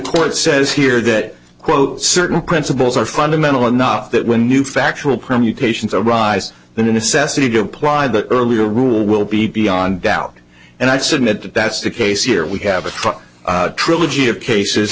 court says here that quote certain principles are fundamental enough that when new factual permutations arise the necessity to apply the earlier rule will be beyond doubt and i submit that that's the case here we have a trilogy of cases